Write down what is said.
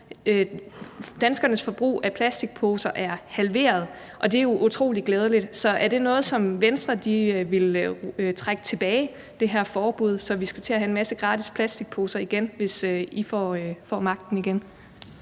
Danskernes forbrug af plastikposer er halveret, og det er jo utrolig glædeligt. Så er det noget, som Venstre vil trække tilbage, altså det her forbud, så vi skal til at have en masse gratis plastikposer igen, hvis I får magten igen?